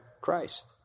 Christ